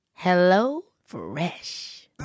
HelloFresh